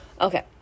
Okay